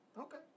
Okay